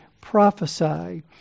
prophesy